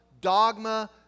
dogma